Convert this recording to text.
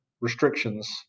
restrictions